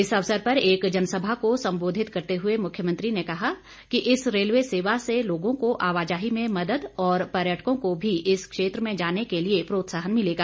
इस अवसर पर एक जनसभा को संबोधित करते हुए मुख्यमंत्री ने कहा कि इस रेलवे सेवा से लोगों को आवाजाही में मदद और पर्यटकों को भी इस क्षेत्र में जाने के लिए प्रोत्साहन मिलेगा